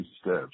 steps